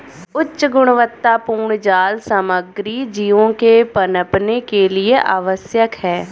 उच्च गुणवत्तापूर्ण जाल सामग्री जीवों के पनपने के लिए आवश्यक है